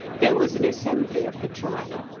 there was an assembly of the tribe,